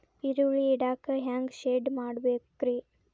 ಈರುಳ್ಳಿ ಇಡಾಕ ಹ್ಯಾಂಗ ಶೆಡ್ ಮಾಡಬೇಕ್ರೇ?